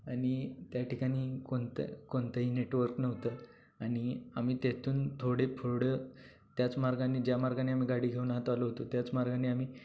आणि त्या ठिकाणी कोणता कोणतंही नेटवर्क नव्हतं आणि आम्ही त्यातून थोडे पुढं त्याच मार्गाने ज्या मार्गाने आम्ही गाडी घेऊन आत आलो होतो त्याच मार्गाने आम्ही